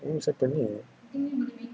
oh siapanya